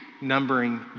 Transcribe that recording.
numbering